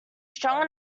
strong